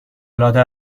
العاده